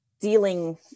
dealing